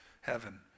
heaven